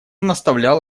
наставлял